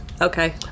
Okay